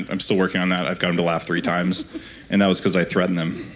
i'm still working on that. i've got em to laugh three times and that was cause i threatened them